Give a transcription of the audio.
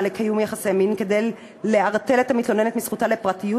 לקיום יחסי מין כדי לערטל את המתלוננת מזכותה לפרטיות,